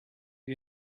you